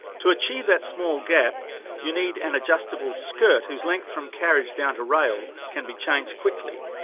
to achieve that small gap you need an adjustable skirt whose length from carriage down to rail can be changed quickly.